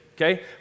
Okay